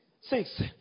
Six